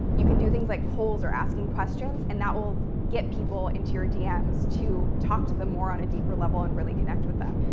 you can do things like polls, or asking questions, and that will get people into your dms to talk to them more on a deeper level and really connect with them.